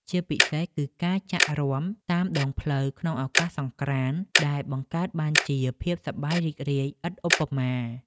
ជាពិសេសគឺការចាក់រាំតាមដងផ្លូវក្នុងឱកាសសង្ក្រាន្តដែលបង្កើតបានជាភាពសប្បាយរីករាយឥតឧបមា។